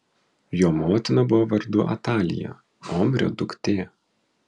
jo motina buvo vardu atalija omrio duktė